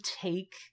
take